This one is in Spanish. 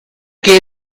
que